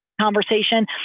conversation